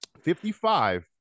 fifty-five